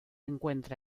encuentra